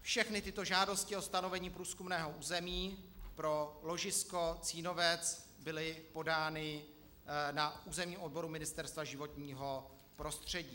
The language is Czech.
Všechny tyto žádosti o stanovení průzkumného území pro ložisko Cínovec byly podány na územním odboru Ministerstva životního prostředí.